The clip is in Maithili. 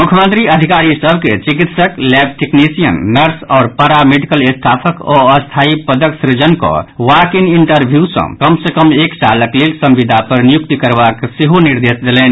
मुख्यमंत्री अधिकारी सभ के चिकित्सक लैब टेक्नीसियन नर्स आओर पारा मेडिकल स्टाफक अस्थाई पदक सृजन कऽ वाक ईन इंटरव्यू सँ कम सँ कम एक सालक लेल संविदा पर नियुक्ति करबाक सेहो निर्देश देलनि